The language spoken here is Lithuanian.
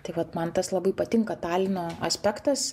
tai vat man tas labai patinka talino aspektas